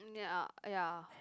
ya ya